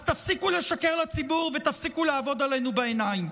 אז תפסיקו לשקר לציבור ותפסיקו לעבוד עלינו בעיניים.